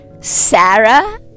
Sarah